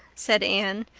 said anne,